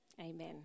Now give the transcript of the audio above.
amen